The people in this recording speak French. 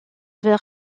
vers